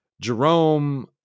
Jerome